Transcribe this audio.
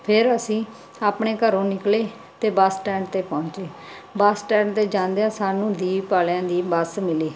ਫੇਰ ਅਸੀਂ ਆਪਣੇ ਘਰੋਂ ਨਿਕਲੇ ਤੇ ਬੱਸ ਸਟੈਂਡ ਤੇ ਪਹੁੰਚੇ ਬੱਸ ਸਟੈਂਡ ਤੇ ਜਾਂਦਿਆਂ ਸਾਨੂੰ ਦੀਪ ਆਲਿਆਂ ਦੀ ਬੱਸ ਮਿਲੀ